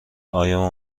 آیا